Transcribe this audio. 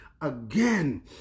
again